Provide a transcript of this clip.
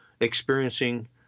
experiencing